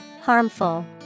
Harmful